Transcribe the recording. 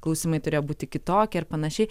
klausimai turėjo būti kitokie ir panašiai